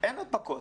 אין הדבקות.